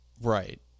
Right